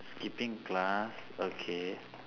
skipping class okay